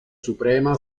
suprema